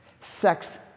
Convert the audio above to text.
sex